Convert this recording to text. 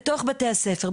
בתוך בתי הספר,